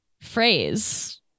phrase